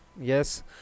Yes